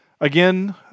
Again